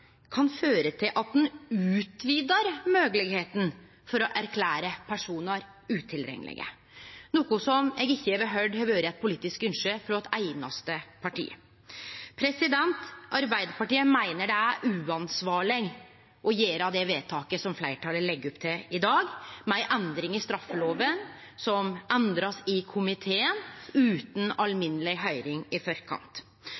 kan føre til at ein utvidar moglegheita til å erklære personar utilreknelege, noko som eg ikkje har høyrt har vore eit politisk ynskje frå eit einaste parti. Arbeidarpartiet meiner det er uansvarleg å gjere det vedtaket som fleirtalet legg opp til i dag, med ei endring i straffeloven som blei endra i komiteen utan